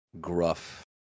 gruff